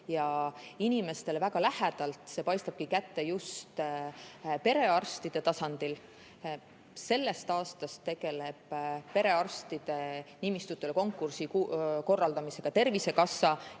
Ja inimestele väga lähedalt see paistabki kätte just perearstide tasandil. Sellest aastast tegeleb perearstide nimistutele konkursi korraldamisega Tervisekassa